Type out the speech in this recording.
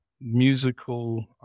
musical